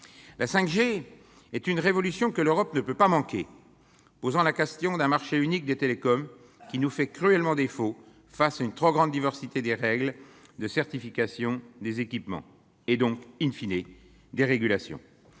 La 5G est une révolution que l'Europe ne peut pas manquer. Elle pose la question d'un marché unique des télécommunications qui nous fait cruellement défaut face à une trop grande diversité des règles de certification des équipements et donc,, des régulations.